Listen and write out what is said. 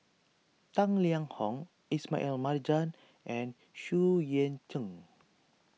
Tang Liang Hong Ismail Marjan and Xu Yuan Zhen